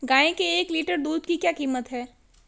गाय के एक लीटर दूध की क्या कीमत है?